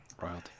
royalty